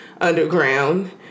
underground